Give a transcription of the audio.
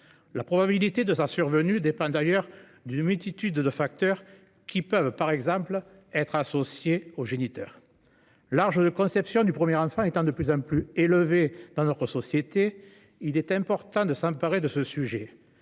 La probabilité de leur survenue dépend d'ailleurs d'une multitude de facteurs qui peuvent, par exemple, être associés au géniteur. L'âge de conception du premier enfant étant de plus en plus élevé dans notre société, il est important de s'emparer de ce sujet.